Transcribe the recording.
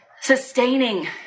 sustaining